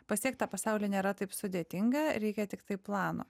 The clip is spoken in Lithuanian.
pasiekt tą pasaulį nėra taip sudėtinga reikia tiktai plano